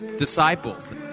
disciples